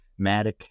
Matic